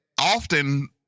often